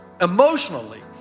emotionally